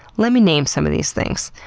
let me name some of these things.